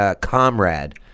comrade